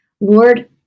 Lord